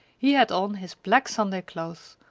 he had on his black sunday clothes,